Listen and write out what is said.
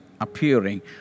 appearing